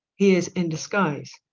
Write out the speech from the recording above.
is in disguise